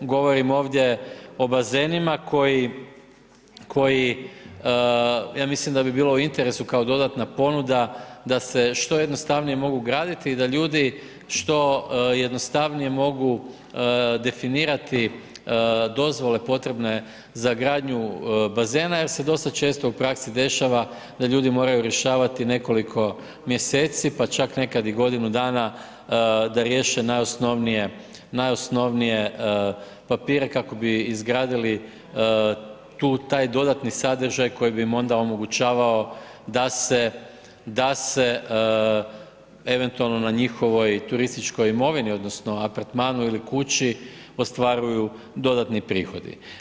Govorim ovdje o bazenima koji, koji ja mislim da bi bilo u interesu kao dodatna ponuda da se što jednostavnije mogu graditi i da ljudi što jednostavnije mogu definirati dozvole potrebne za gradnju bazena jer se dosta često u praksi dešava da ljudi moraju rješavati nekoliko mjeseci, pa čak nekad i godinu dana da riješe najosnovnije papire kako bi izgradili tu, taj dodatni sadržaj koji bi im onda omogućavao da se eventualno na njihovoj turističkoj imovini, odnosno apartmanu ili kući ostvaruju dodatni prihodi.